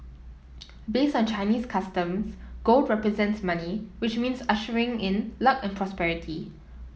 based on Chinese customs gold represents money which means ushering in luck and prosperity